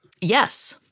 Yes